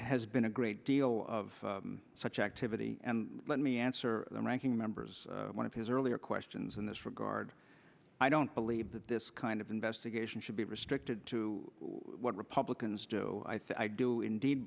has been a great deal of such activity and let me answer the ranking members one of his earlier questions in this regard i don't believe that this kind of investigation should be restricted to what republicans do i think i do indeed